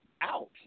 Out